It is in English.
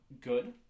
good